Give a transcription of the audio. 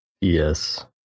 Yes